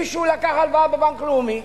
מישהו לקח הלוואה בבנק לאומי,